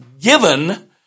given